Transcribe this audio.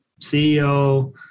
CEO